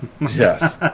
Yes